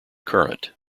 current